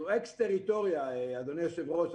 זו אקס טריטוריה, אדוני היושב-ראש.